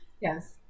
Yes